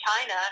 china